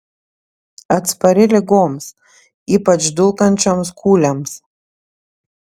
atspari ligoms ypač dulkančioms kūlėms